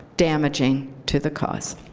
damaging to the cause.